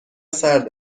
سرد